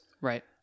Right